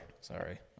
sorry